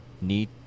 need